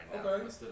Okay